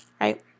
right